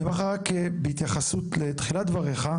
אני אומר לך רק בהתייחסות לתחילת דבריך,